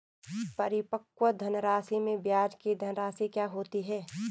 परिपक्व धनराशि में ब्याज की धनराशि क्या होती है?